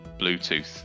Bluetooth